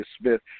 Smith